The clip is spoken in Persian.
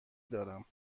دارم